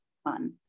fun